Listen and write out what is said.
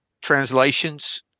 translations